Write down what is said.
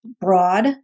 broad